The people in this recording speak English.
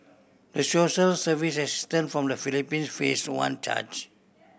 the social service assistant from the Philippines face one charge